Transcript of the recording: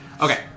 Okay